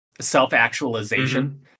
self-actualization